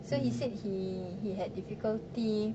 so he said he he had difficulty